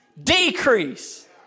decrease